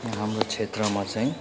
हाम्रो क्षेत्रमा चाहिँ